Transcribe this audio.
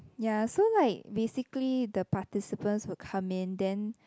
ya so like basically the participant will come in then